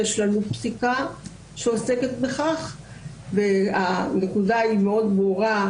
יש לנו פסיקה שעוסקת בכך והנקודה היא מאוד ברורה,